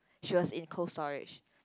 she was in Cold-Storage